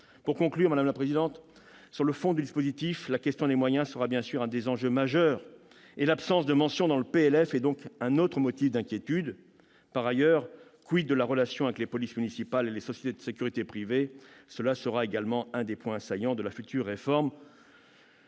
la ministre, ce qu'il en est. Sur le fond du dispositif, la question des moyens sera bien sûr l'un des enjeux majeurs. L'absence de mention dans le projet de loi de finances est donc un autre motif d'inquiétude. Par ailleurs, de la relation avec les polices municipales et les sociétés de sécurité privées ? Cela sera également un des points saillants de la future réforme.